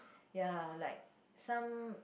ya like some